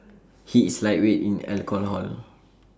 he is lightweight in alcohol